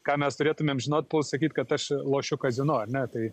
ką mes turėtumėm žinot puls sakyt kad aš lošiu kazino ne tai